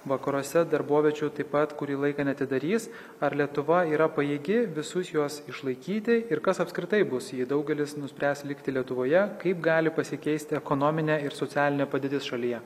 vakaruose darboviečių taip pat kurį laiką neatidarys ar lietuva yra pajėgi visus juos išlaikyti ir kas apskritai bus jei daugelis nuspręs likti lietuvoje kaip gali pasikeisti ekonominė ir socialinė padėtis šalyje